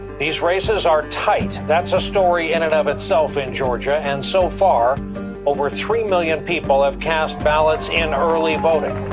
these races are tight. that's a story and and itself in georgia and so far over three million people have cast ballots in early voting.